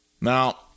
Now